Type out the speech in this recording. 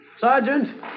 Sergeant